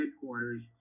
headquarters